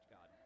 God